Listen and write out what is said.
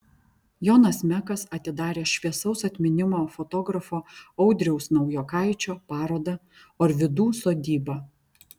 jonas mekas atidarė šviesaus atminimo fotografo audriaus naujokaičio parodą orvidų sodyba